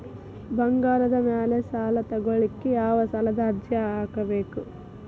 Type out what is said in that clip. ಬಂಗಾರದ ಮ್ಯಾಲೆ ಸಾಲಾ ತಗೋಳಿಕ್ಕೆ ಯಾವ ಸಾಲದ ಅರ್ಜಿ ಹಾಕ್ಬೇಕು?